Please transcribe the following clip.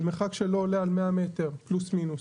במרחק שלא עולה על 100 מטר פלוס מינוס.